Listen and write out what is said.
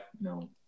no